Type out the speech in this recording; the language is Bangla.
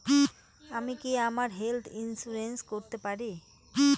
আমি কি আমার হেলথ ইন্সুরেন্স করতে পারি?